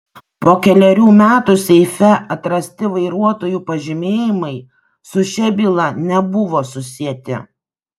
po kelerių metų seife atrasti vairuotojų pažymėjimai su šia byla nebuvo susieti